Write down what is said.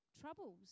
troubles